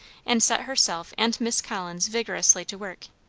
and set herself and miss collins vigorously to work.